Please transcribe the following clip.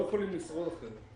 אנחנו לא יכולים לשרוד יותר.